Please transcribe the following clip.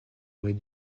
aurait